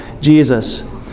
Jesus